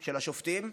של השופטים: